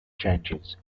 changes